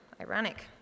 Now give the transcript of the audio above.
Ironic